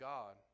God